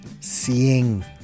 seeing